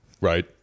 Right